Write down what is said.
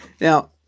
Now